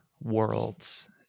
worlds